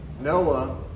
Noah